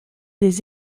des